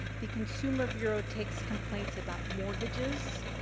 the consumer bureau takes complaints about mortgages,